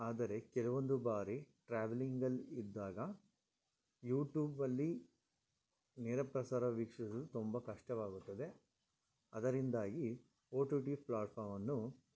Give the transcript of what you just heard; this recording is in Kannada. ಆದರೆ ಕೆಲವೊಂದು ಬಾರಿ ಟ್ರಾವೆಲಿಂಗಲ್ಲಿ ಇದ್ದಾಗ ಯೂಟೂಬಲ್ಲಿ ನೇರಪ್ರಸಾರ ವೀಕ್ಷಿಸಲು ತುಂಬಾ ಕಷ್ಟವಾಗುತ್ತದೆ ಅದರಿಂದಾಗಿ ಒಟಿಟಿ ಫ್ಲ್ಯಾಟ್ಫಾರ್ಮನ್ನು